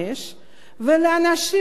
ולאנשים האלה,